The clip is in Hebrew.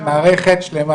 זה מערכת שלמה,